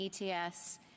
ETS